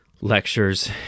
lectures